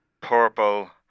purple